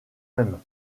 même